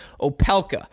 Opelka